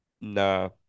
nah